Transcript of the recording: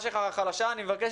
רוצה לומר